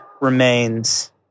remains